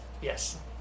Yes